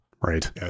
Right